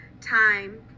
time